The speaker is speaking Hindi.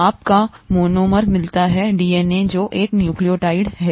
आप का मोनोमर मिलता है डीएनए जो एक न्यूक्लियोटाइड है